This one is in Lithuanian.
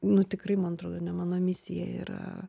nu tikrai man atrodo ne mano misija yra